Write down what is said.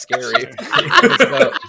Scary